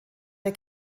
der